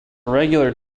regular